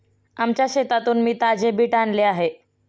आमच्या शेतातून मी ताजे बीट आणले आहे